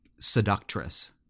seductress